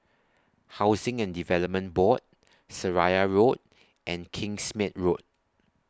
Housing and Development Board Seraya Road and Kingsmead Road